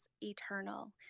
eternal